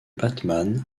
batman